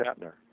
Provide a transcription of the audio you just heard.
Shatner